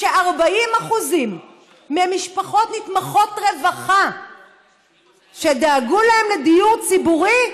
ש-40% ממשפחות נתמכות רווחה שדאגו להן לדיור ציבורי,